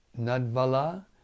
Nadvala